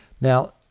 Now